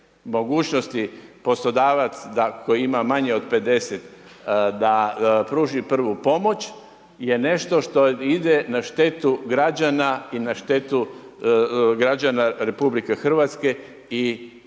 mogućnosti poslodavac da ako ima manje od 50 da pruži prvu pomoć je nešto što ide na štetu građana i na štetu građana RH i definitivno